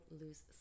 lose